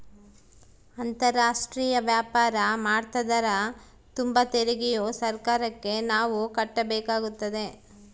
ಅಂತಾರಾಷ್ಟ್ರೀಯ ವ್ಯಾಪಾರ ಮಾಡ್ತದರ ತುಂಬ ತೆರಿಗೆಯು ಸರ್ಕಾರಕ್ಕೆ ನಾವು ಕಟ್ಟಬೇಕಾಗುತ್ತದೆ